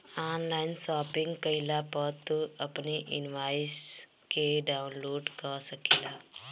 online shopping कईला पअ तू अपनी इनवॉइस के डाउनलोड कअ सकेला